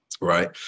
right